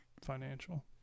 financial